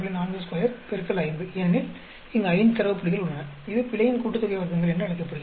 42 X 5 ஏனெனில் இங்கு 5 தரவு புள்ளிகள் உள்ளன இது பிழையின் கூட்டுத்தொகை வர்க்கங்கள் என்று அழைக்கப்படுகிறது